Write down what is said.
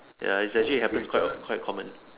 ya it's actually happen quite a quite common